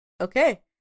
Okay